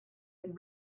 and